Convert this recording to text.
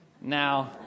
Now